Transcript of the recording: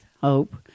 hope